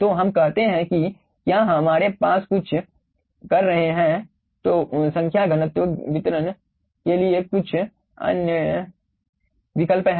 तो हम देखते हैं कि क्या हमारे पास कुछ कर रहे हैं संख्या घनत्व वितरण के लिए कुछ अन्य विकल्प है